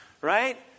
Right